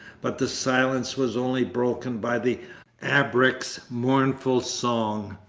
but the silence was only broken by the abreks' mournful song.